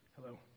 Hello